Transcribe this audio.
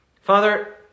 Father